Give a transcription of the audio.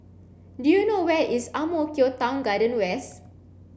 do you know where is Ang Mo Kio Town Garden West